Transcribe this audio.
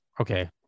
Okay